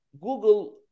Google